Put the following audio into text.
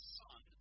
son